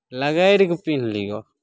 लगड़ि कऽ पिन्हलियौ